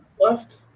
left